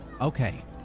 Okay